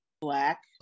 black